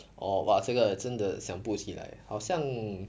orh !wow! 这个真的想不起来好像